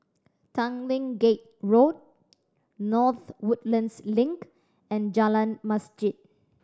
Tanglin Gate Road North Woodlands Link and Jalan Masjid